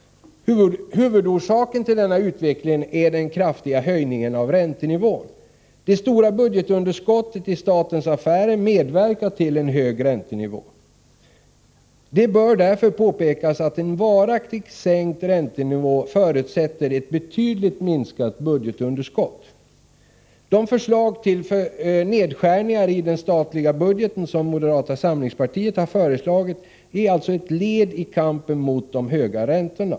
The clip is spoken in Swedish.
Huvudorsaken till denna utveckling är den kraftiga höjningen av räntenivån. Det stora budgetunderskottet i statens affärer medverkar till en hög räntenivå. Det bör därför påpekas att en varaktigt sänkt räntenivå förutsätter ett betydligt minskat budgetunderskott. De förslag till nedskärningar i den statliga budgeten som moderata samlingspartiet har lagt fram är alltså ett led i kampen mot de höga räntorna.